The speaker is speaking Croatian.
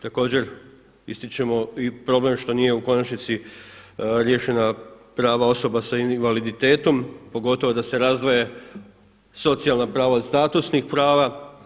Također ističemo i problem što nije u konačnici riješena prava osoba sa invaliditetom pogotovo da se razdvoje socijalna prava od statusnih prava.